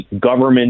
government